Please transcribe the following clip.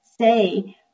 say